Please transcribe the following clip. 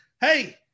hey